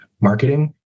marketing